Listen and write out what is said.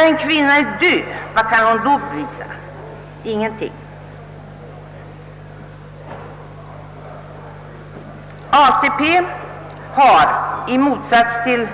När en kvinna är död, vad kan hon då bevisa? Ingenting! ATP utgår i motsats till